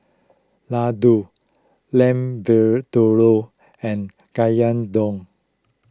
Ladoo Lamb Vindaloo and Gyudon